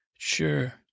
Sure